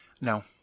No